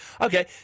Okay